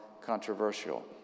controversial